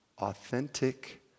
authentic